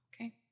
Okay